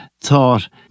thought